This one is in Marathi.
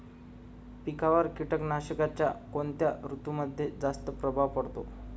पिकांवर कीटकनाशकांचा कोणत्या ऋतूमध्ये जास्त प्रभाव पडतो?